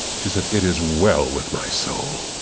she said, it is well with my soul.